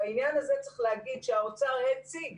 בעניין הזה, צריך להגיד שהאוצר הציג